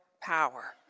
power